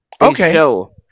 okay